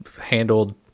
handled